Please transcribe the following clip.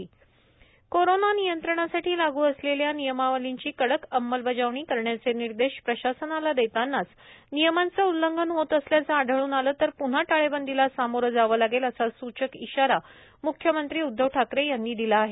म्ख्यमंत्री टाळेबंदी कोरोना नियंत्रणासाठी लागू असलेल्या नियमावलीची कडक अंमलबजावणी करण्याचे निर्देश प्रशासनाला देतानाच नियमांचे उल्लंघन होत असल्याचे आढळून आले तर प्न्हा टाळेबंदीला सामोरे जावे लागेल असा सूचक इशारा म्ख्यमंत्री उद्धव ठाकरे यांनी दिला आहे